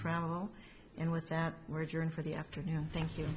travel and with that word you're in for the afternoon thank you